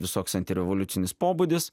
visoks antirevoliucinis pobūdis